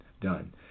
done